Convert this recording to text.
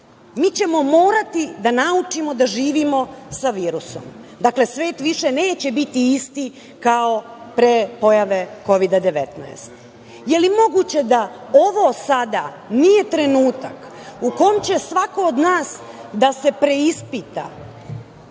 Mi ćemo morati da naučimo da živimo sa virusom. Dakle, svet više neće biti isti kao pre pojave Kovida – 19. Da li je moguće da ovo sada nije trenutak u kom će svako od nas da se preispita